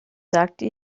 sagte